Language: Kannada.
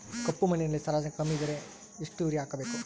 ಕಪ್ಪು ಮಣ್ಣಿನಲ್ಲಿ ಸಾರಜನಕ ಕಮ್ಮಿ ಇದ್ದರೆ ಎಷ್ಟು ಯೂರಿಯಾ ಹಾಕಬೇಕು?